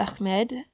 ahmed